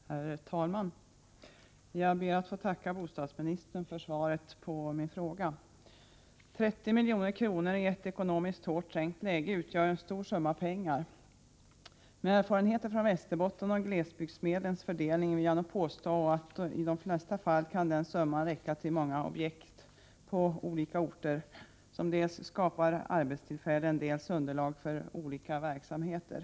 Herr talman! Jag ber att få tacka bostadsministern för svaret på min fråga. 30 milj.kr. i ett ekonomiskt hårt trängt läge utgör en stor summa pengar. Med erfarenheter från Västerbotten av glesbygdsmedlens fördelning vill jag påstå att denna summa i de flesta fall kan räcka till många objekt på olika orter som skapar dels arbetstillfällen, dels underlag för olika verksamheter.